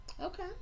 Okay